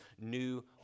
new